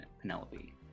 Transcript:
Penelope